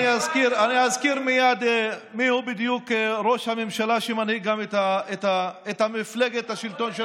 אני אזכיר מייד מיהו בדיוק ראש הממשלה שמנהיג גם את מפלגת השלטון,